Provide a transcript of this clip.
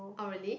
oh really